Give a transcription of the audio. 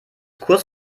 kurz